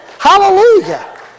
Hallelujah